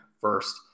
first